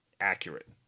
accurate